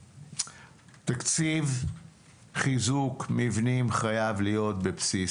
תקציב חיזוק מבנים חייב להיות בבסיס